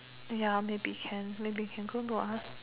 ya maybe can maybe can go for us